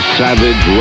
savage